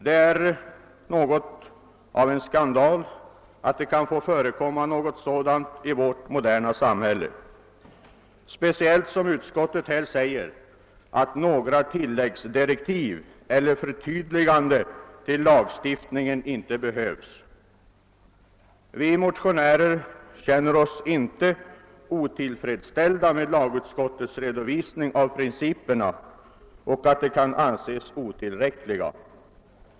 Det är något av en skandal att sådant som detta kan få förekomma i vårt moderna samhälle, speciellt det förhållandet att utskottet uttalar att några tillläggsdirektiv till eller förtydliganden av lagstiftningen inte behövs. Vi motionärer känner oss inte otillfredsställda med andra lagutskottets redovisning av gällande principer och hänvisning till att dessa kan anses tillräckliga.